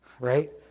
Right